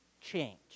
change